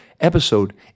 episode